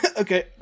Okay